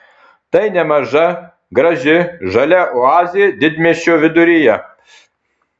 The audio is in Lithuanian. tai nemaža graži žalia oazė didmiesčio viduryje